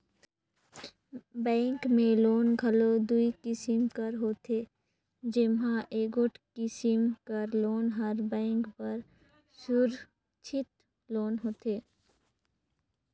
bank में loan घलो दुई किसिम कर होथे जेम्हां एगोट किसिम कर लोन हर बेंक बर सुरक्छित लोन होथे